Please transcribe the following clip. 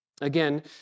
Again